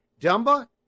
Dumba